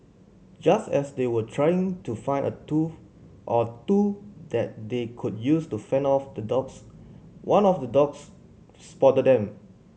just as they were trying to find a tool or two that they could use to fend off the dogs one of the dogs spotted them